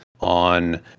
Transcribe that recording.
on